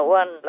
one